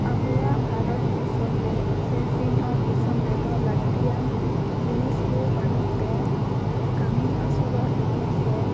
ᱟᱵᱚᱣᱟᱜ ᱵᱷᱟᱨᱚᱛ ᱫᱤᱥᱚᱢ ᱨᱮ ᱥᱮ ᱥᱤᱧᱚᱛ ᱫᱤᱥᱚᱢ ᱨᱮᱫᱚ ᱞᱟᱹᱠᱛᱤᱭᱟᱱ ᱡᱤᱱᱤᱥ ᱠᱚ ᱵᱟᱹᱱᱩᱜ ᱛᱮ ᱠᱟᱹᱢᱤ ᱟᱥᱩᱞᱚᱜ ᱞᱟᱜᱤᱜ ᱥᱮ